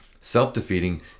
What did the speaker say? Self-defeating